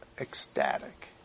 ecstatic